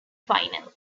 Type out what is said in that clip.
final